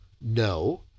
no